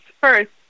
first